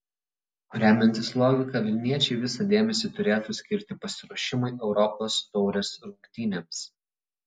remiantis logika vilniečiai visą dėmesį turėtų skirti pasiruošimui europos taurės rungtynėms